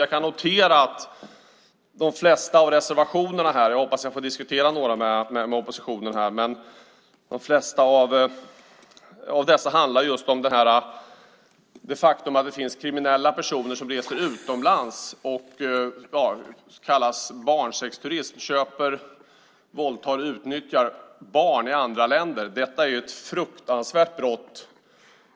Jag kan notera att de flesta av reservationerna - jag hoppas att jag får diskutera några med oppositionen - handlar om det faktum att det finns kriminella personer som reser utomlands för så kallad barnsexturism. De köper, våldtar och utnyttjar barn i andra länder. Detta är fruktansvärda brott.